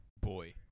Boy